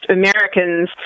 Americans